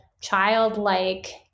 childlike